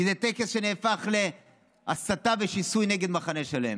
כי זה טקס שנהפך להסתה ושיסוי נגד מחנה שלם.